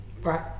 right